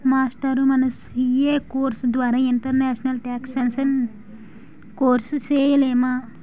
మాస్టారూ మన CA course ద్వారా ఇంటర్నేషనల్ టేక్సేషన్ కోర్సు సేయలేమా